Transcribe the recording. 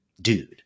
dude